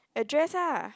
a dress ah